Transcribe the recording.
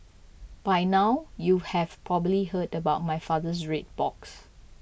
by now you have probably heard about my father's red box